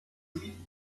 sie